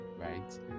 right